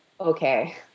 okay